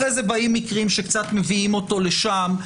באים מקרים שמביאים אותו לשם.